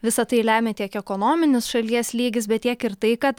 visa tai lemia tiek ekonominis šalies lygis bet tiek ir tai kad